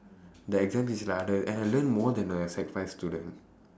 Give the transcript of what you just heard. the exam is like harder and I learn more than a sec five student